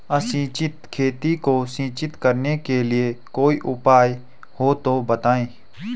असिंचित खेती को सिंचित करने के लिए कोई उपाय हो तो बताएं?